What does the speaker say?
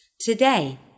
today